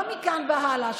לא מכאן והלאה,